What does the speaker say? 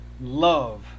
love